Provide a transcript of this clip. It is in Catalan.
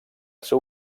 seu